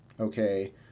Okay